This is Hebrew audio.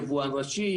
יבואן ראשי,